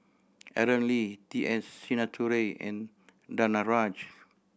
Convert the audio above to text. Aaron Lee T S Sinnathuray and Danaraj